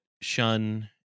Shun